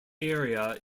area